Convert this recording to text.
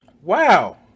wow